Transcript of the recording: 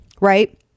right